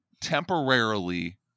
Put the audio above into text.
temporarily